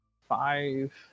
Five